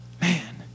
Man